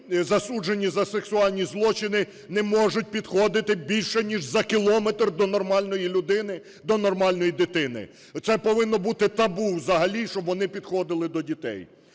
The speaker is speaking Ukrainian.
засуджені за сексуальні злочини, не можуть підходити більше ніж за кілометр до нормальної людини, до нормальної дитини. Це повинно бути табу взагалі, щоб вони підходили до дітей.